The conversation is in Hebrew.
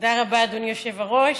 תודה רבה, אדוני היושב-ראש,